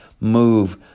move